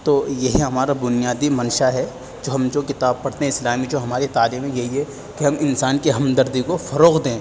تو یہی ہمارا بنیادی منشا ہے جو ہم جو کتاب پڑھتے ہیں اسلامی جو ہماری تعلیم ہے یہی ہے کہ ہم انسان کی ہمدردی کو فروغ دیں